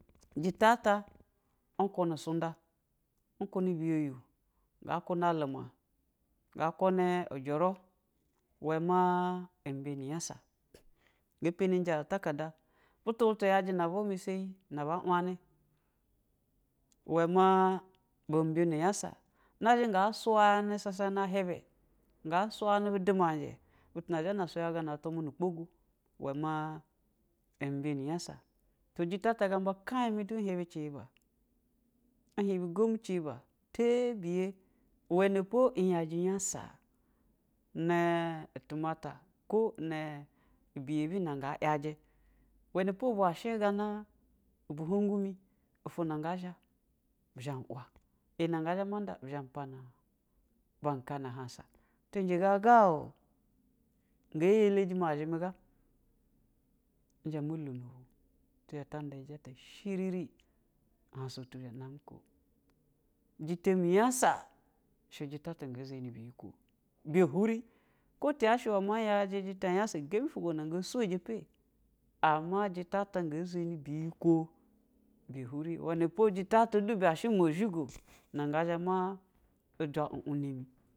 Jɛta ta. Nkunɛ sunda. Nkunɛ biyoyo, na kunɛ alumɛ nga kunɛ ujuru, i wɛ ma á mbiyini nyasa, ngɛ pɛnajɛ an takada, butu butu ya jɛ na bwa masayi na ba uani, i wɛ ma mbiyono nyasa, ngnyanɛ sasa na, ahibɛ hazha nga suyanɛ bu jamaji butu na zha na suyasana atwa mua nu kpogu, i wɛ ma ɛn mbiyini yasa, tu jɛ tata gamba kayimu du ehhibɛ chihiba tabiyɛ iwpo luajɛ nyasa, tuna tumata ko biyabi na nga yaji, i wɛ po ubwa shɛ sana hhunu mu ofwo nga zhɛ ma nda, bu ma pane hasa, bu ma pane ndumwa ibɛ go nga yɛlɛjɛ ma zhami ga, ihzha ma lono bu tizha ta nda iyi shiriri, ahasa nami oko, jɛta nyasa, shɛjɛta nga zɛni biyikwo gɛ biri, ko tɛya shɛ ma nyaji jɛta nyasa, tɛ sɛmbi fugwo nɛ ngɛ sojɛ ɛpɛjɛta. Ama jɛta nge zɛni biyikwo ibɛ huri, iwɛ nɛ po, sita-ta ibɛ shi mozhigo na nga zha madug unna mu.